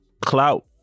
clout